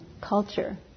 culture